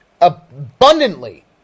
abundantly